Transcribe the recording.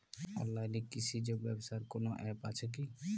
অনলাইনে কৃষিজ ব্যবসার কোন আ্যপ আছে কি?